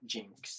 Jinx